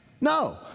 No